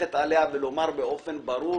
ללכת עליה ולומר באופן ברור: